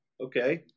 okay